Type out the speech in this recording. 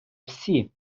всі